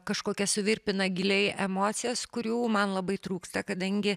kažkokias suvirpina giliai emocijas kurių man labai trūksta kadangi